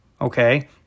Okay